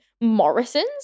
Morrisons